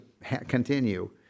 continue